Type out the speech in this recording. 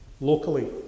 locally